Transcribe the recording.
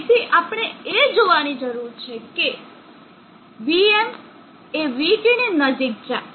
તેથી આપણે એ જોવાની જરૂર છે કે vm એ vT ની નજીક જાય